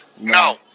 No